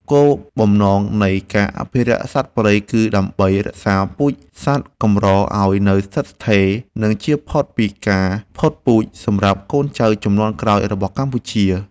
គោលបំណងនៃការអភិរក្សសត្វព្រៃគឺដើម្បីរក្សាពូជសត្វកម្រឱ្យនៅស្ថិតស្ថេរ និងជៀសផុតពីការផុតពូជសម្រាប់កូនចៅជំនាន់ក្រោយរបស់កម្ពុជា។